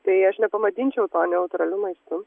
tai aš nepavadinčiau to neutraliu maistu